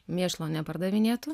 mėšlo nepardavinėtų